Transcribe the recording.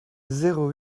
zéro